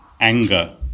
anger